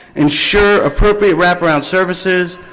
ensure appropriate wraparound services,